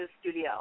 studio